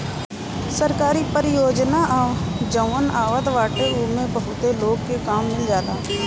सरकारी परियोजना जवन आवत बाटे ओमे बहुते लोग के काम मिल जाला